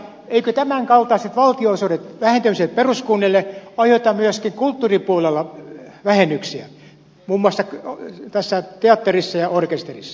eivätkö tämän kaltaiset valtionosuuden vähentämiset peruskunnille aiheuta myöskin kulttuuripuolella vähennyksiä muun muassa teatterissa ja orkesterissa